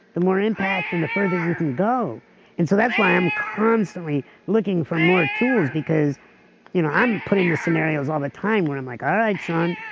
the more impact and the further you can go and so that's why i'm constantly looking for more tools, because you know i'm putting the scenarios all the time where i'm like all right sean,